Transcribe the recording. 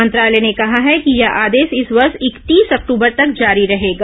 मंत्रालय ने कहा है कि यह आदेश इस वर्ष इकतीस अक्टूबर तक जारी रहेगा